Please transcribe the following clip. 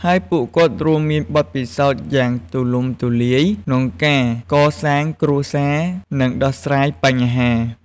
ហើយពួកគាត់រួមមានបទពិសោធន៍យ៉ាងទូលំទូលាយក្នុងការកសាងគ្រួសារ និងដោះស្រាយបញ្ហា។